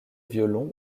violon